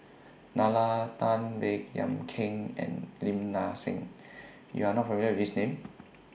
Nalla Tan Baey Yam Keng and Lim Nang Seng YOU Are not familiar with These Names